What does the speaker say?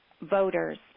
voters